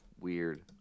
weird